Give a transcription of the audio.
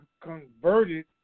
converted